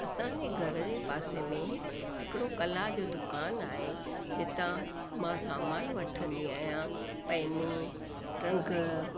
असांजे घर जे पासे में हिकिड़ो कला जो दुकानु आहे जितां मां सामान वठंदी आहियां पैनू रंग